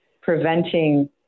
preventing